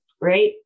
right